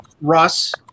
Russ